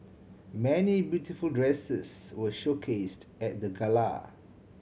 many beautiful dresses were showcased at the gala